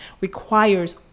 requires